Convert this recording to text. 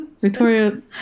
Victoria